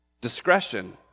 Discretion